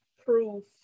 proof